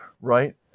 right